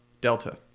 Delta